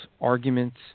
arguments